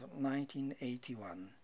1981